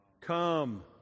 Come